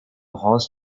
horse